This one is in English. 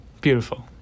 Beautiful